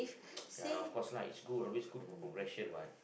ya of course lah it's good it's good for progression what